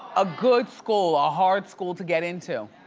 a good school, a hard school to get into.